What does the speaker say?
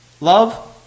Love